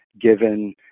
given